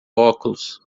óculos